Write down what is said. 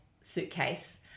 suitcase